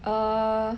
err